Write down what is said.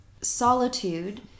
solitude